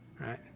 right